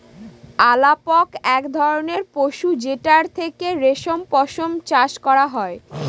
আলাপক এক ধরনের পশু যেটার থেকে রেশম পশম চাষ করা হয়